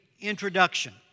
introduction